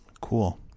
Cool